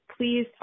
Please